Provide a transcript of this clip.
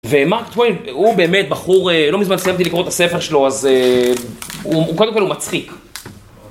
ומרק טוויין הוא באמת בחור, לא מזמן סיימתי לקרוא את הספר שלו אז הוא קודם כל הוא מצחיק